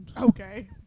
Okay